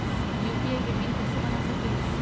UPI के PIN कैसे बना सकीले?